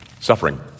suffering